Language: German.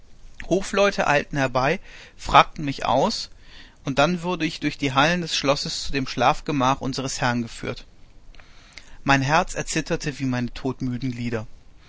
hofleute eilten herbei fragten mich aus und dann wurde ich durch die hallen des schlosses zu dem schlafgemach unseres herrn geführt mein herz erzitterte wie meine todmüden glieder